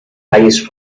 highest